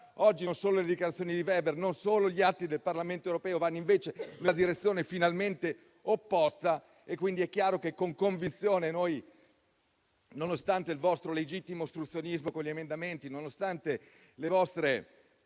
Oggi, invece, le dichiarazioni di Weber e gli atti del Parlamento europeo vanno finalmente nella direzione opposta. È quindi chiaro che, con convinzione, nonostante il vostro legittimo ostruzionismo con gli emendamenti e nonostante le vostre